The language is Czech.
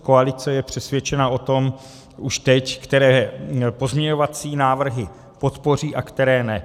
Koalice je přesvědčena o tom už teď, které pozměňovací návrhy podpoří a které ne.